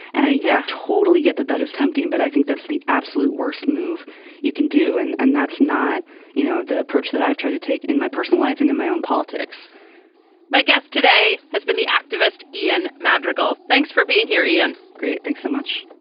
and i yeah totally get that that is tempting. but i think that's the absolute worst move you can do and and that's not you know the approach that i've tried to take in my personal life and in my own politics my guest today has been the activist ian madrigal. thanks for being here ian. great. thanks so much.